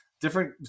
different